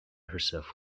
herself